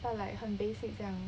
but like 很 basic 这样